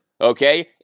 okay